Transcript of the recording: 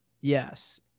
Yes